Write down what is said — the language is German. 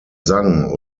sang